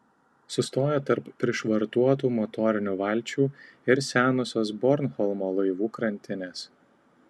sustoja tarp prišvartuotų motorinių valčių ir senosios bornholmo laivų krantinės